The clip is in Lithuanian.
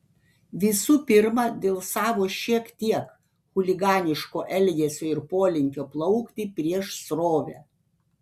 visų pirma dėl savo šiek tiek chuliganiško elgesio ir polinkio plaukti prieš srovę